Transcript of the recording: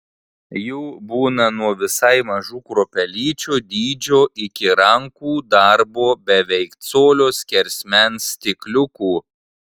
jų būna nuo visai mažų kruopelyčių dydžio iki rankų darbo beveik colio skersmens stikliukų